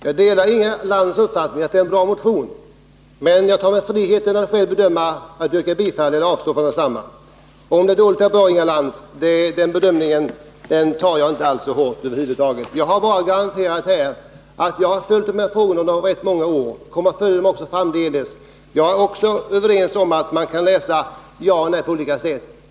Herr talman! Jag delar Inga Lantz uppfattning att det är en bra motion, men jag tar mig friheten att själv bedöma om jag skall yrka bifall till eller avstå från att yrka bifall till densamma. Om det sedan är dåligt eller bra — den bedömningen, Inga Lantz, tar jag inte alls så hårt. Här har jag bara garanterat att jag har följt dessa frågor under rätt många år och att jag kommer att följa dem också framdeles. Jag håller med om att man kan läsa ett ja eller ett nej på olika sätt.